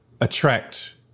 attract